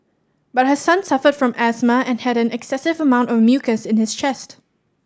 but her son suffered from asthma and had an excessive amount of mucus in his chest